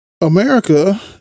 America